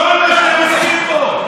כל מה שאתם עוסקים בו.